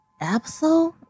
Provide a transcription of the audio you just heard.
episode